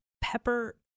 Pepper